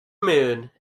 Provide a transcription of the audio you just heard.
moon